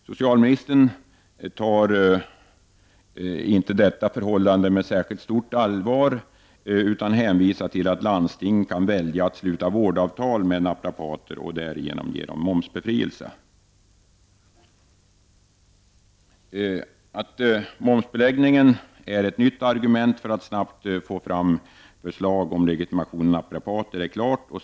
Socialministern tar inte detta förhållande med särskilt stort allvar, utan hänvisar till att landsting kan välja att sluta vårdavtal med naprapater och därigenom ge dem momsbefrielse. Att momsbeläggningen är ett nytt argument för att snabbt få fram förslag om legitimation av naprapater är klart.